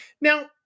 Now